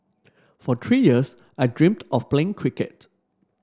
for three years I dreamed of playing cricket